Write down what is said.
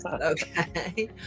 Okay